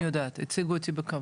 אני יודעת, הציגו אותי בכבוד.